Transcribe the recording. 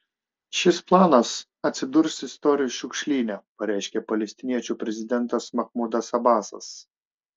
šis planas atsidurs istorijos šiukšlyne pareiškė palestiniečių prezidentas mahmudas abasas